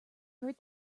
heard